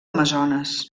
amazones